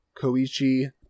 koichi